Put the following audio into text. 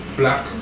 black